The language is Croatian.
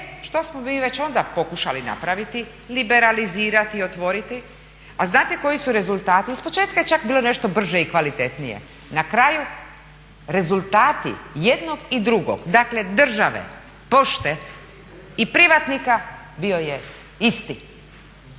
što smo mi već onda pokušali napraviti, liberalizirati i otvoriti. A znate koji su rezultati? Ispočetka je čak bilo nešto brže i kvalitetnije, na kraju rezultati jednog i drugog, dakle države, pošte i privatnika bio je isti.